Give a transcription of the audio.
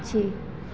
पक्षी